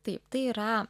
taip tai yra